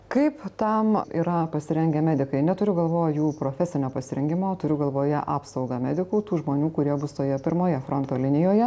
kaip tam yra pasirengę medikai neturiu galvoj jų profesinio pasirengimo turiu galvoje apsaugą medikų tų žmonių kurie bus toje pirmoje fronto linijoje